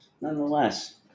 nonetheless